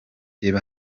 reba